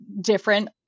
different